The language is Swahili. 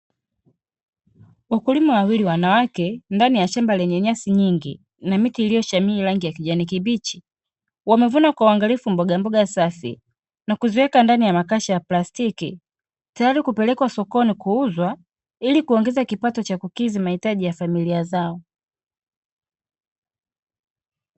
Wakulima wawili wanawake ndani ya shamba lenye nyasi nyingi na miti iliyoshamiri rangi ya kijani kibichi, wamevuna kwa uangalifu mbogamboga safi na kuziweka ndani ya makasha ya plastiki tayari kupelekwa sokoni kuuzwa ili kuongeza kipato cha kukidhi mahitaji ya familia zao.